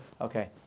Okay